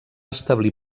establir